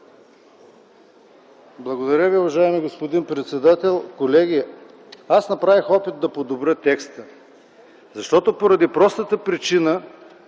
Благодаря Ви, уважаеми господин председател. Колеги, аз направих опит да подобря текста, защото поради простата причина,